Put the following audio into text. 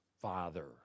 Father